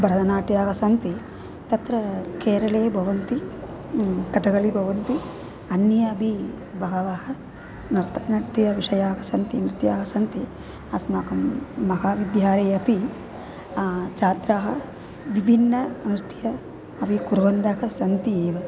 भरतनाट्यं सन्ति तत्र केरले भवन्ति कतगळि भवन्ति अन्ये अपि बहवः नर्तननृत्यं विषयाः सन्ति नृत्यानि सन्ति अस्माकं महाविद्यालये अपि छात्राः विभिन्ननृत्यानि अपि कुर्वन्तः सन्ति एव